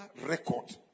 record